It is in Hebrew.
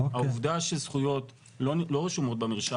העובדה שזכויות לא רשומות במרשם,